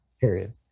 Period